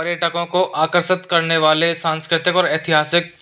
पर्यटकों को आकर्षित करने वाले सांस्कृतिक और ऐतिहासिक